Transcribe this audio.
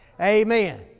Amen